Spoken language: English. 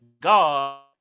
God